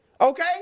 okay